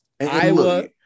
Iowa